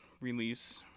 release